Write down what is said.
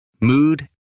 mood